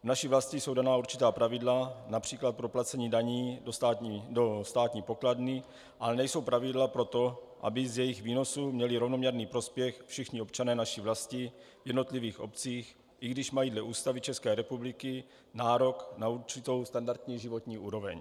V naší vlasti jsou dána určitá pravidla, např. pro placení daní do státní pokladny, ale nejsou pravidla pro to, aby z jejich výnosů měli rovnoměrný prospěch všichni občané naší vlasti v jednotlivých obcích, i když mají dle Ústavy České republiky nárok na určitou standardní životní úroveň.